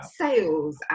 sales